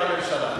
אתה הממשלה.